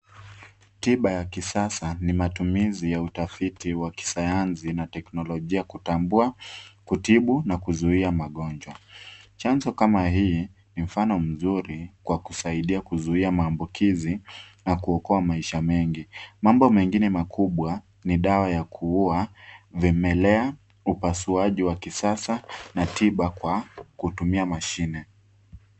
Tiba ya kisasa, ni matumizi ya utafiti wa kisayansi na teknolojia kutambua, kutibu na kuzuia magonjwa. Chanzo kama hii, ni mfano mzuri kwa kusaidia kuzuia maambukizi na kuokoa maisha mengi. Mambo mengine makubwa, ni dawa ya kuua vimelea, upasuaji wa kisasa na tiba kwa kutumia mashine.